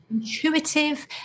intuitive